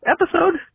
episode